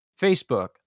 Facebook